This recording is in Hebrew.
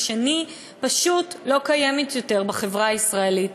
פשוט לא קיימת יותר בחברה הישראלית.